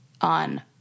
on